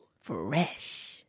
Fresh